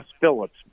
Phillips